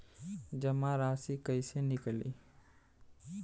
जमा राशि कइसे निकली?